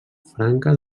franca